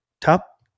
top